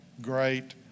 great